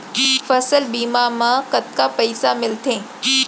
फसल बीमा म कतका पइसा मिलथे?